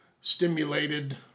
stimulated